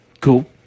Cool